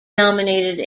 nominated